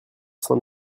cents